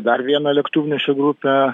dar viena lėktuvnešio grupė